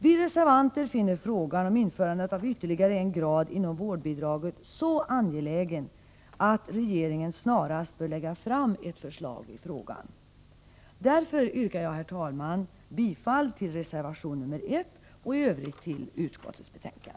Vi reservanter finner frågan om införandet av ytterligare en grad inom vårdbidragssystemet så angelägen att regeringen snarast bör lägga fram ett förslag i ärendet. Därför yrkar jag, herr talman, bifall till reservation nr 1 och i övrigt bifall till utskottets hemställan.